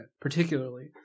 particularly